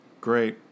Great